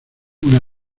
una